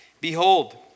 Behold